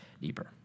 deeper